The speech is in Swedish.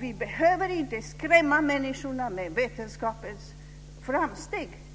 Vi behöver inte skrämma människorna med vetenskapens framsteg.